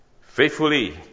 faithfully